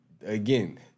again